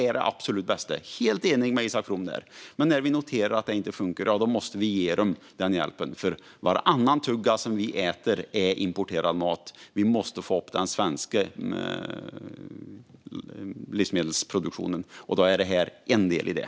Där är jag helt enig med Isak From. Men när vi noterar att det inte fungerar måste vi ge dem den hjälpen. Varannan tugga som vi äter är importerad mat. Vi måste få upp den svenska livsmedelsproduktionen. Det här är en del i det.